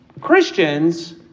Christians